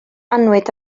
annwyd